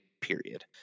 period